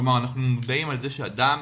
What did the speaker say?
כלומר אנחנו מודעים לזה שאדם